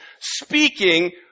speaking